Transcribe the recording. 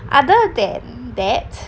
other than that